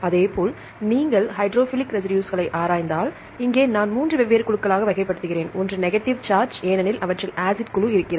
அதேபோல் நீங்கள் ஹைட்ரோஃபிலிக் ரெசிடுஸ்களை ஆராய்ந்தால் இங்கே நான் 3 வெவ்வேறு குழுக்களாக வகைப்படுத்துகிறேன் ஒன்று நெகடிவ் சார்ஜ் ஏனெனில்அவற்றில் ஆசிட் குழு இருக் கிறது